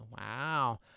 Wow